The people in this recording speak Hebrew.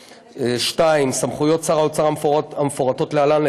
2. סמכויות שר האוצר המפורטות להלן,